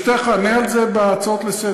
ברשותך, אני אענה על זה בהצעות לסדר.